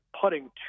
putting